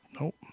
nope